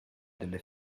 delle